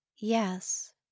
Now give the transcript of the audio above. Yes